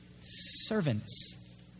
servants